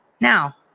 Now